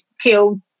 killed